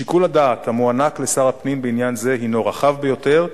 שיקול הדעת המוענק לשר הפנים בעניין זה הינו רחב ביותר,